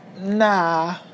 nah